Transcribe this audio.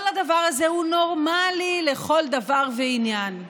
כל הדבר הזה הוא נורמלי לכל דבר ועניין.